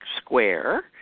square